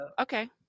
okay